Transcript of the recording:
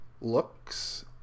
looks